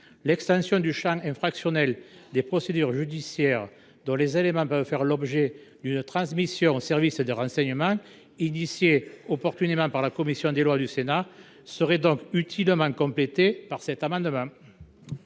L’extension du champ des procédures judiciaires dont les éléments peuvent faire l’objet d’une transmission aux services de renseignement, proposée opportunément par la commission des lois du Sénat, serait donc utilement complétée par cet amendement.